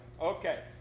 Okay